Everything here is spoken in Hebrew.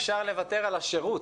אי אפשר לוותר על השירות,